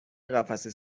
قفسه